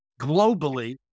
globally